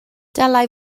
dylai